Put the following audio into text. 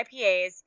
ipas